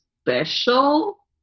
special